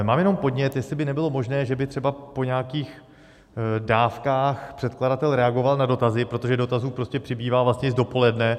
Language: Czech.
Mám jenom podnět, jestli by nebylo možné, že by třeba po nějakých dávkách předkladatel reagoval na dotazy, protože dotazů prostě přibývá, vlastně z dopoledne.